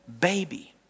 baby